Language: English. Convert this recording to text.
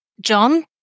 John